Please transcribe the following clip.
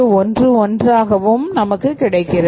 000411ஆகவும் நமக்கு கிடைக்கிறது